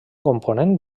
component